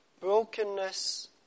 Brokenness